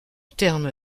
terme